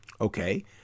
Okay